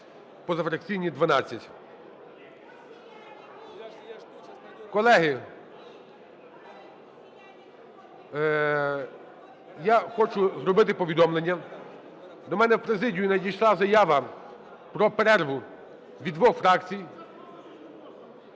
позафракційні – 12. Колеги, я хочу зробити повідомлення. До мене в президію надійшла заява про перерву від двох фракцій.